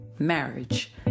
marriage